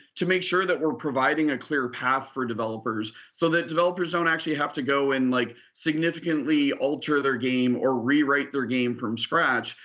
to make sure that we're providing a clear path for developers so that developers don't actually have to go and like significantly alter their game or rewrite their game from scratch.